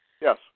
Yes